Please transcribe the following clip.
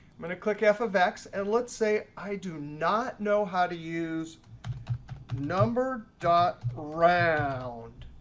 i'm going to click f of x, and let's say i do not know how to use number dot round.